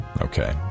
Okay